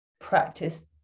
practice